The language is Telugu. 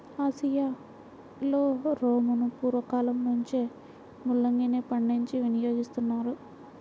ఆసియాలో రోమను పూర్వ కాలంలో నుంచే ముల్లంగిని పండించి వినియోగిస్తున్నారు